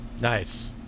Nice